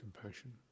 compassion